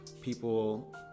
people